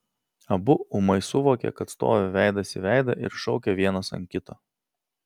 abu ūmai suvokė kad stovi veidas į veidą ir šaukia vienas ant kito